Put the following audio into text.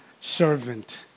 servant